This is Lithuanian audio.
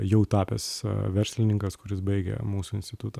jau tapęs verslininkas kuris baigė mūsų institutą